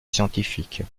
scientifique